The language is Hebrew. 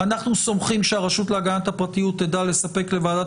אנחנו סומכים שהרשות להגנת הפרטיות תדע לספק לוועדת